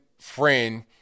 friend